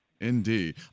Indeed